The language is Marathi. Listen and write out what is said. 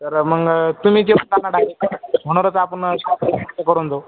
तर मग तुम्ही डायरेक होणारच आपण ते करून जाऊ